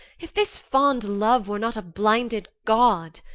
if this fond love were not a blinded god?